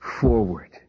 forward